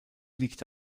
liegt